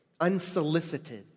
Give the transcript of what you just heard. Unsolicited